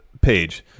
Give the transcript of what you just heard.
page